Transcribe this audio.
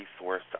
resource